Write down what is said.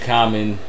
Common